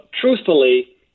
truthfully